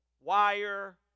wire